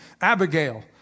Abigail